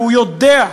והוא יודע,